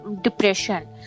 depression